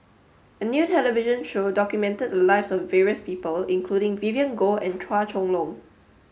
a new television show documented the lives of various people including Vivien Goh and Chua Chong Long